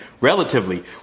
relatively